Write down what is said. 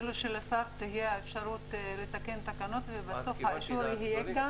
לשר תהיה אפשרות לתקן תקנות ואנחנו נאשר אותן כאן?